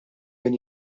min